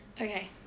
Okay